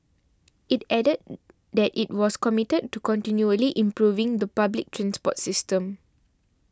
it added that it was committed to continually improving the public transport system